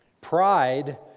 Pride